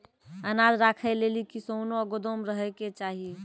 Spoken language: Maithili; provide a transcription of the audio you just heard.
अनाज राखै लेली कैसनौ गोदाम रहै के चाही?